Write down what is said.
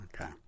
Okay